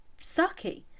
sucky